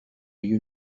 you